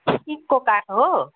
टिकको काठ हो